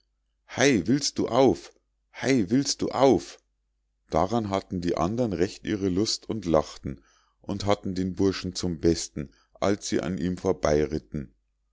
hei willst du auf hei willst du auf daran hatten die andern recht ihre lust und lachten und hatten den burschen zum besten als sie an ihm